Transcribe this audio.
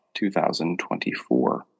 2024